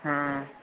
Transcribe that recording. ਹੂੰ